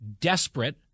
desperate